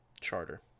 charter